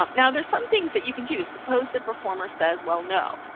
um now, there's some things that you can do suppose the performer says, well, no.